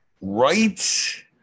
Right